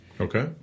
okay